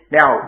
Now